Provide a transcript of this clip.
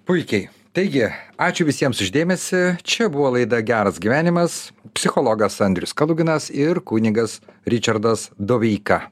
puikiai taigi ačiū visiems už dėmesį čia buvo laida geras gyvenimas psichologas andrius kaluginas ir kunigas ričardas doveika